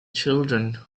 children